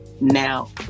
now